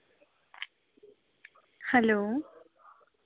hello